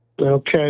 Okay